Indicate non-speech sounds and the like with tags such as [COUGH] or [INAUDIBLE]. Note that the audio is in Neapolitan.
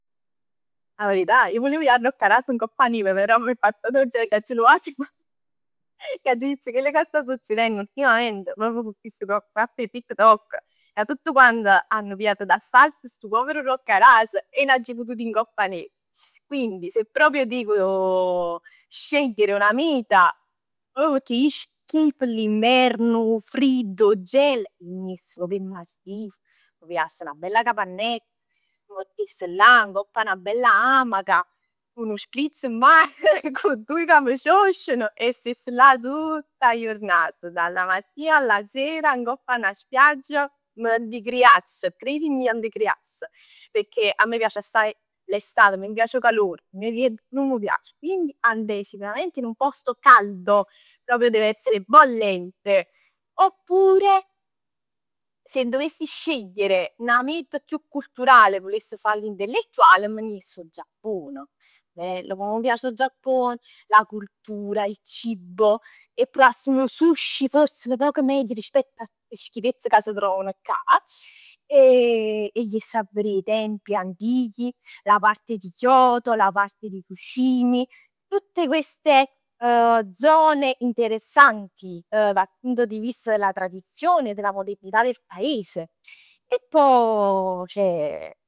'A verità? Ij vulev ji a Roccaraso ngopp 'a neve, però m'è passat 'o genio, aggià luà [LAUGHS] e aggia vist chell ca sta succerenn ultimament, proprio cu chist fatt 'e Tik Tok, ca tutt quant hanno pigliat d'assalto stu povero Roccaraso e ij nun aggio potut ji ngopp 'a nev. Quindi se proprio devo scegliere una meta, proprio pecchè ij schifo l'inverno, 'o fridd, 'o gelo, me ne jess proprio 'e Maldive, m' pigliass 'na bella capannell, m' mettess là ngopp 'a 'na bella amaca, cu nu spritz mman, [LAUGHS] cu doje ca m' scioscian e stess là tutt 'a jurnat. Dalla mattina alla sera, ngopp 'a 'na spiaggia, m'addecreasse, credimi m'addecreasse. Pecchè a me m' piace assaje l'estate. A me m' piace 'o calore. A me viern nun m' piac. Quindi andrei sicuramente in un posto caldo, proprio deve essere bollente, oppure se dovessi scegliere 'na meta chiù culturale e vuless fa l'intellettuale e vuless fa l'intellettuale, m' ne jess 'o Giappon. Bello come m' piace 'o Giappon. La cultura, il cibo, 'e pruvass nu sushi forse nu poc meglio rispetto a ste schifezz ca s' trovan cà [HESITATION] e jess a verè i templi antichi, la parte di Kyoto, la parte di [UNINTELLIGIBLE] tutte queste zone interessanti, dal punto di vista della tradizione e della modernità del paese. E pò ceh. [HESITATION]